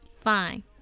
Fine